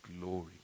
glory